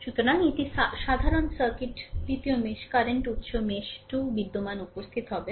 সুতরাং একটি সাধারণ সার্কিট 2 মেশ কারেন্ট উত্স মেশ 2 বিদ্যমান উপস্থিত হবে